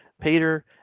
Peter